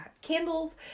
candles